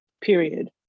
Period